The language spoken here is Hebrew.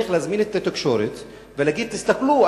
מדוע צריך להזמין את התקשורת ולהגיד: תסתכלו,